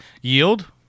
yield